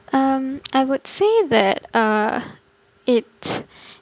um I would say that uh it